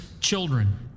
children